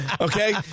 okay